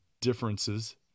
differences